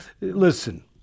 listen